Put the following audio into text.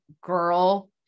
girl